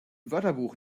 wörterbuch